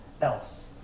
else